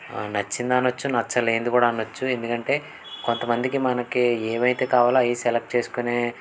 నచ్చింది అనవచ్చు నచ్చలేంది కూడా అనవచ్చు ఎందుకంటే కొంతమందికి మనకి ఏమైతే కావాలో అయి సెలెక్ట్ చేసుకునే